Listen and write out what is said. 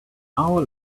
hour